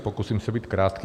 Pokusím se být krátký.